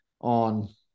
on